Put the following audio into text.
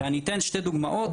אני אתן שתי דוגמאות.